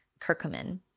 curcumin